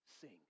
sing